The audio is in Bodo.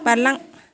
बारलां